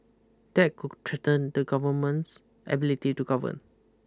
that cook threaten the government's ability to govern